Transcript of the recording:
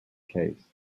case